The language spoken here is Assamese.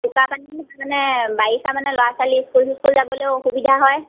বোকা পানীত মানে বাৰিষা মানে ল'ৰা ছোৱালীৰ স্কুল চিস্কুল যাবলৈও অসুবিধা হয়